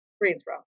Greensboro